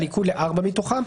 הליכוד לארבע מתוכם.